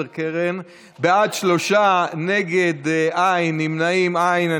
בעד, שלושה, נגד, אין, נמנעים אין.